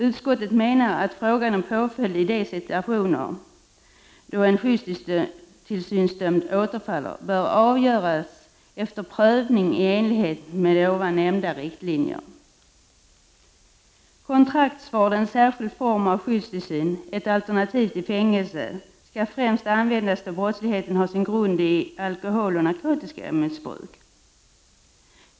Utskottet menar att frågan om påföljd i de situationer då en skyddstillsynsdömd återfaller bör avgöras efter prövning i enlighet med nämnda riktlinjer. Kontraktsvård — en särskild form av skyddstillsyn — är ett alternativ till fängelse som främst skall användas då brottsligheten har sin grund i alkoholoch narkotikamissbruk.